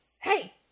Hey